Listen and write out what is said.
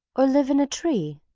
or live in a tree?